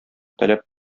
таләп